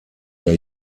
der